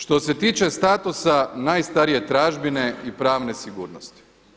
Što se tiče statusa najstarije tražbine i pravne sigurnosti.